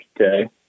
okay